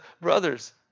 brothers